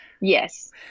Yes